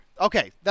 Okay